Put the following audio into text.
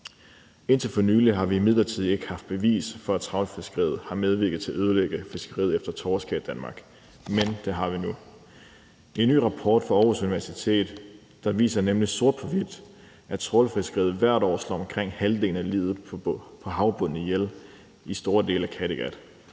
Indtil for nylig har vi imidlertid ikke haft bevis for, at trawlfiskeriet har medvirket til at ødelægge fiskeriet efter torsk her i Danmark, men det har vi nu. Der er nemlig en ny rapport fra Aarhus Universitet, der viser sort på hvidt, at trawlfiskeriet hvert år slår omkring halvdelen af livet på havbunden ihjel i store dele af Kattegat.